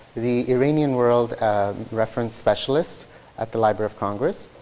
the iranian world reference specialist at the library of congress.